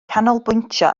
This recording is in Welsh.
canolbwyntio